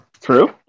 True